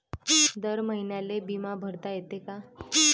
दर महिन्याले बिमा भरता येते का?